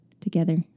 Together